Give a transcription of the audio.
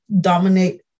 dominate